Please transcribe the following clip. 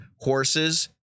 horses